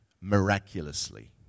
miraculously